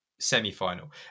semi-final